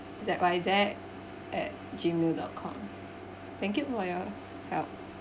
Z Y Z at gmail dot com thank you for your help